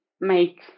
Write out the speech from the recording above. make